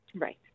Right